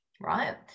right